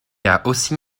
aussi